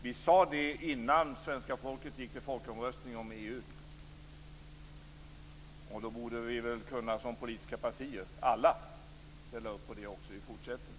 Vi sade det innan svenska folket gick till folkomröstning om EU, och då borde vi alla som politiska partier kunna ställa upp på det också i fortsättningen.